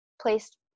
placed